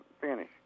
finish